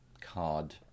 card